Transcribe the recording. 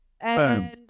boom